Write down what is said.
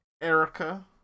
Erica